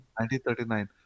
1939